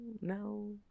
no